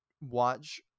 watch